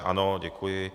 Ano, děkuji.